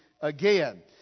again